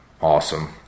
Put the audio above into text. awesome